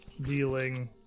dealing